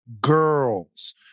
girls